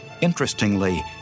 Interestingly